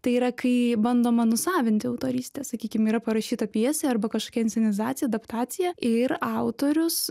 tai yra kai bandoma nusavinti autorystę sakykim yra parašyta pjesė arba kažkokia inscenizacija adaptacija ir autorius